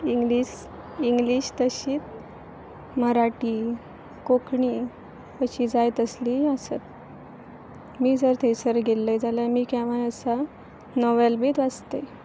English English तशींच मराठी कोंकणी अशीं जाय तसलीं आसत मी जर थंयसर गेल्लय जाल्यार मी केव्हांय असां नॉवेल बीच वाचतय